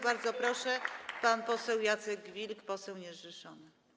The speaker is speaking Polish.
Bardzo proszę, pan poseł Jacek Wilk, poseł niezrzeszony.